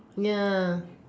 ya